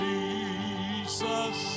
Jesus